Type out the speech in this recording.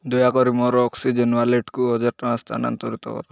ଦୟାକରି ମୋ ଅକ୍ସିଜେନ୍ ୱାଲେଟକୁ ହାଜର ଟଙ୍କା ସ୍ଥାନାନ୍ତରିତ କର